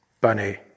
Bunny